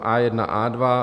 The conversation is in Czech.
A1, A2.